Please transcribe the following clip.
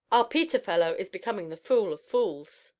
our peter fellow is becoming the fool of fools!